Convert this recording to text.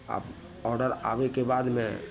आब ऑर्डर आबैके बादमे